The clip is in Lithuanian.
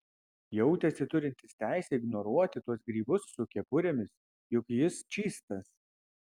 jautėsi turintis teisę ignoruoti tuos grybus su kepurėmis juk jis čystas